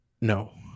No